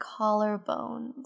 collarbones